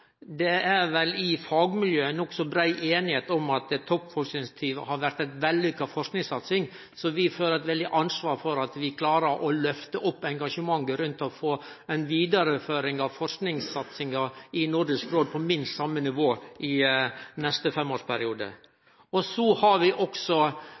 Det er vel i fagmiljøet nokså brei einigheit om at Toppforskingsinitiativet har vore ei vellukka forskingssatsing, så vi føler eit veldig ansvar for at vi klarer å lyfte opp engasjementet rundt det å få ei vidareføring av forskingssatsinga i Nordisk råd på minst same nivå i neste femårsperiode. Vi har også